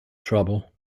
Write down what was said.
trouble